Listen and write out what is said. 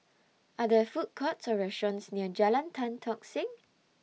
Are There Food Courts Or restaurants near Jalan Tan Tock Seng